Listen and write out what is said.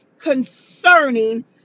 concerning